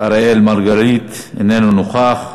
אראל מרגלית, אינו נוכח,